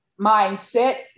mindset